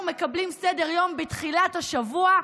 ובדרך כלל אנחנו מקבלים סדר-יום בתחילת השבוע,